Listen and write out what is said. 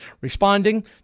Responding